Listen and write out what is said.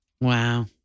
Wow